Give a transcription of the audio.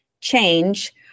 change